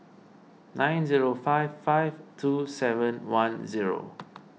nine zero five five two seven one zero